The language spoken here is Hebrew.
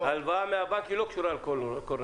וההלוואה מהבנק לא קשורה לקורונה.